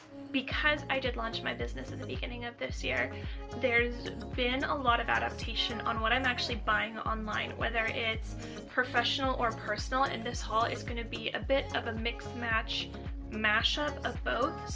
because i did launch my business at the beginning of this year there's been a lot of adaptation on what i'm actually buying online whether it's professional or personal. in this haul is gonna be a bit of a mix match mashup of both.